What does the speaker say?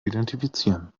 identifizieren